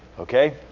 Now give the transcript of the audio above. Okay